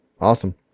Awesome